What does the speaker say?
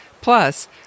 plus